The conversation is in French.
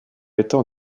étant